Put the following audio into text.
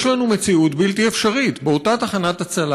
יש לנו מציאות בלתי אפשרית: באותה תחנת הצלה